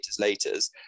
laters